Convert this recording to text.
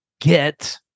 get